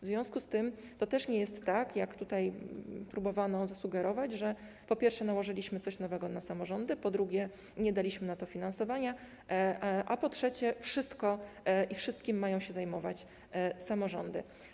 W związku z tym to nie jest tak, jak tutaj próbowano zasugerować, że, po pierwsze, nałożyliśmy coś nowego na samorządy, po drugie, nie daliśmy na to finansowania, a po trzecie, wszystkim mają się zajmować samorządy.